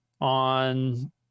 on